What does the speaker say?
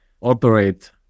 operate